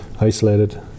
isolated